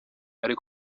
ari